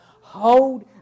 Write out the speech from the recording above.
hold